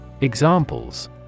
Examples